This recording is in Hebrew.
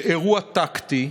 שאירוע טקטי,